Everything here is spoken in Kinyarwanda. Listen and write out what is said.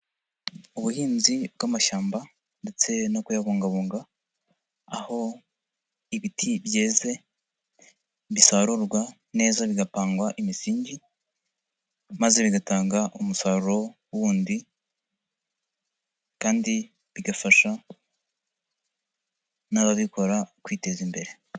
Ubuhinzi bw'amashyamba ndetse no kuyabungabunga, aho ibiti byeze, bisarurwa neza bigapangwa imisingi maze bigatanga umusaruro wundi kandi bigafasha n'ababikora kwiteza imbere.